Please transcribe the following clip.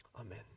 Amen